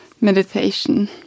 meditation